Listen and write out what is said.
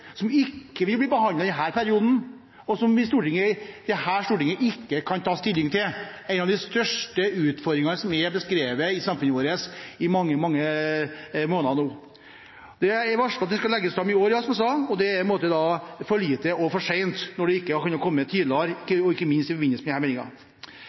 som ikke vil bli behandlet i denne perioden, og som dette stortinget ikke kan ta stilling til, om en av de største utfordringene som er beskrevet i samfunnet vårt i mange, mange måneder nå. Det er varslet at den skal legges fram i år, som sagt, men det er for lite og for sent når den ikke har kommet tidligere,